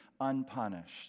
unpunished